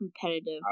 competitive